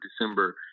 december